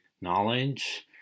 knowledge